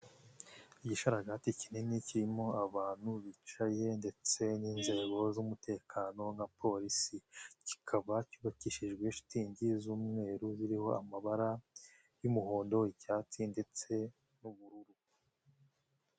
Igisharagatiti kinini kirimo abantu bicaye ndetse n'inzego z'umutekano na polisi. Kikaba cyubakishijwe shitingi z'umweru ziriho amabara y'umuhondo ,icyatsi ndetse n'ubururu.